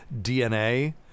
DNA